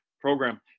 program